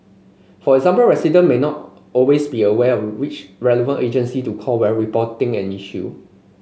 for example resident may not always be aware of which relevant agency to call where reporting an issue